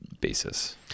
basis